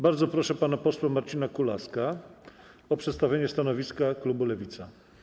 Bardzo proszę pana posła Marcina Kulaska o przedstawienie stanowiska klubu Lewica.